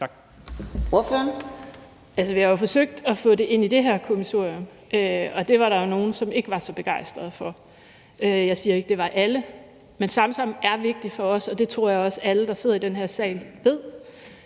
vi har jo forsøgt at få det ind i det her kommissorium, og det var der jo nogle, som ikke var så begejstrede for. Jeg siger ikke, at det var alle, men Samsam er vigtig for os, og det tror jeg også alle, der sidder i den her sal, ved,